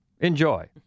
enjoy